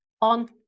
on